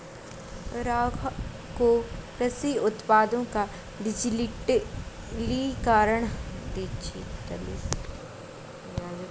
राघव को कृषि उत्पादों का डिजिटलीकरण करना पसंद है